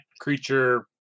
creature